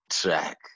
track